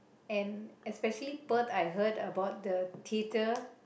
and especially Perth I heard about the cater